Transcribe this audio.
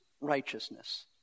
righteousness